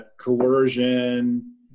coercion